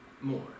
more